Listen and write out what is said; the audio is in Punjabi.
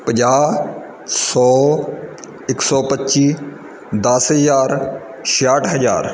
ਪੰਜਾਹ ਸੌ ਇੱਕ ਸੌ ਪੱਚੀ ਦਸ ਹਜ਼ਾਰ ਛਿਆਹਠ ਹਜ਼ਾਰ